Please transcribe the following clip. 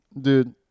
Dude